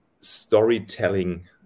storytelling